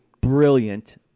Brilliant